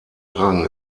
rang